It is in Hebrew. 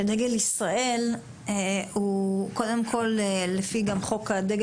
שדגל ישראל הוא קודם כל לפי גם חוק הדגל